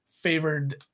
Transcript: favored